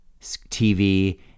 TV